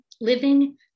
Living